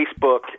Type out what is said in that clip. Facebook